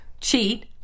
cheat